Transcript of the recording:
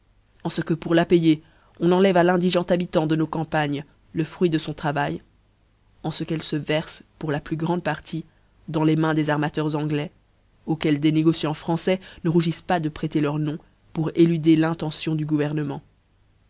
en ce que pour la payer on enlève à l'indigent habitant de noslcampagnes le fruit de on travail en ce qu'elle le verfe pour la plus grande partie dans les mains des armateurs anglois auxquels des négocians françois ne rougiffent pâs de prêter leur nom pour éluder l'intention du gouvernement